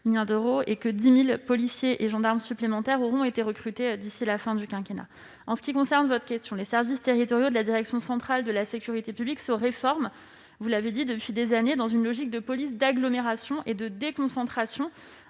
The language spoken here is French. et 10 000 policiers et gendarmes supplémentaires auront été recrutés d'ici à la fin du quinquennat. Pour répondre plus précisément à votre question, les services territoriaux de la direction centrale de la sécurité publique se réforment- vous l'avez dit -depuis des années, dans une logique de police d'agglomération et de déconcentration,